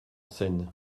scène